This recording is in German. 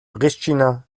pristina